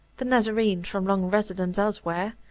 the nazarene, from long residence elsewhere,